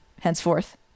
henceforth